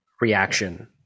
reaction